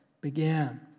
began